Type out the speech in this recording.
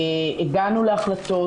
הגענו להחלטות,